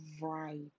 right